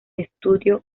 estudio